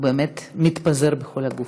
הוא באמת מתפזר בכל הגוף.